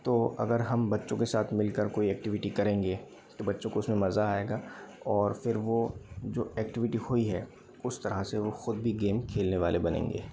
तो अगर हम बच्चों के साथ मिल कर कोई एक्टिविटी करेंगे तो बच्चों को उसमे मज़ा आएगा और फिर वह जो एक्टिविटी हुई है उस तरह से वे खुद भी गेम खेलने वाले बनेंगे